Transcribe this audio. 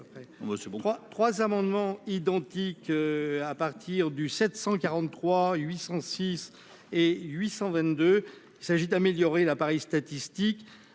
Trois amendements identiques à partir du 743 806 et 822 il s'agit d'améliorer l'appareil statistique